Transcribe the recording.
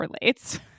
relates